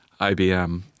IBM